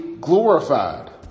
glorified